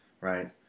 right